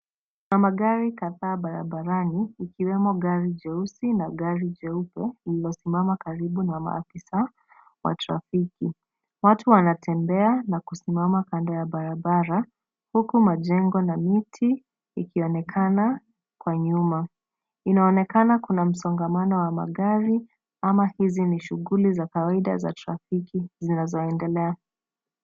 Kuna magari kadhaa barabarani, ikiwemo gari jeusi na gari jeupe, lililosimama karibu na maafisa wa trafiki. Watu wanatembea na kusimama kando ya barabara, huku majengo na miti ikionekana kwa nyuma. Inaonekana kuna msongamano wa magari ama hizi ni shughuli za kawaida za trafiki zinazoendelea.